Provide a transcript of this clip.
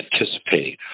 anticipating